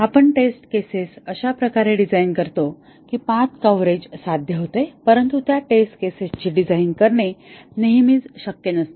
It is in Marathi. आपण टेस्ट केसेस अशा प्रकारे डिझाइन करतो की पाथ कव्हरेज साध्य होते परंतु त्या टेस्ट केसेसची डिझाईन करणे नेहमीच शक्य नसते